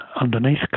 underneath